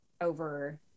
over